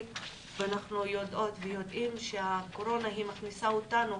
ואנחנו יודעות ויודעים שהקורונה מכניסה אותנו